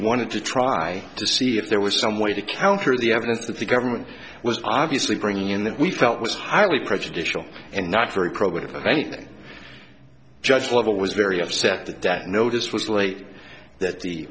wanted to try to see if there was some way to tell her the evidence that the government was obviously bringing in that we felt was highly prejudicial and not very probative of anything judge level was very upset the death notice was late that the